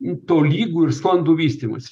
tolygų ir sklandų vystymąsi